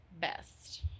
Best